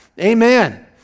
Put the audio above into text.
Amen